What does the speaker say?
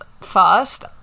first